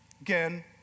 Again